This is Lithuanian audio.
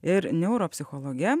ir neuropsichologe